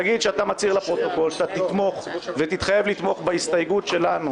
תגיד שאתה מצהיר לפרוטוקול שתתמוך ותתחייב לתמוך בהסתייגות שלנו